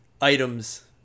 items